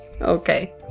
Okay